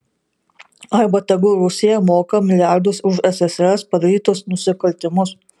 arba tegul rusija moka milijardus už ssrs padarytus nusikaltimus